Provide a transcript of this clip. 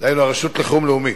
דהיינו רשות חירום לאומית,